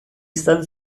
izan